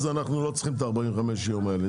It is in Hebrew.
אז אנחנו לא צריכים את 45 הימים האלה,